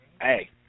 Hey